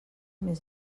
més